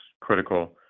critical